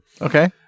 Okay